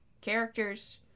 characters